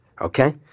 Okay